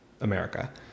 America